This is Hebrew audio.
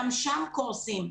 גם שם קורסים,